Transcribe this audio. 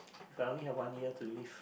if I only had one year to live